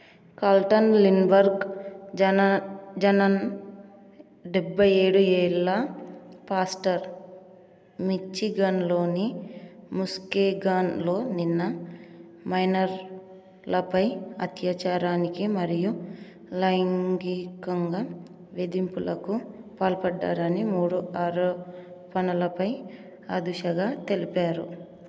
Carlton Lindbergh జనా జనన్ డెబ్బైఏడు ఏళ్ల పాస్టర్ మిచ్చిగన్లోని ముస్కెగాన్లో నిన్న మైనర్లపై అత్యాచారానికి మరియు లైంగికంగా వేధింపులకు పాల్పడ్డారని మూడు ఆరోపణలపై అదుషగా తెలిపారు